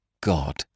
God